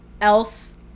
else